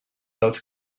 dels